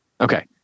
Okay